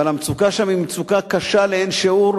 אבל המצוקה שם היא מצוקה קשה לאין שיעור,